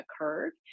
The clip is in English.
occurred